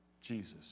Jesus